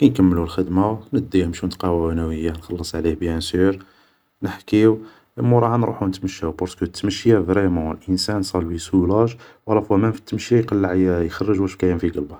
كي نكملو الخدمة نديه نمشيو نتقهواو انا وياه, نخلص عليه بيان سور, نحكيو, موراها نروحو نتمشاو, بارسكو تمشيا فريمون انسان تمشيا سا لوي سولاج, و الافوا مام في التمشيا يقلع ي يخرج واش كاين في قلبه